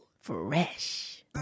fresh